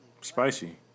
Spicy